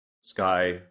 Sky